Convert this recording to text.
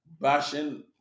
bashing